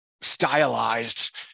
stylized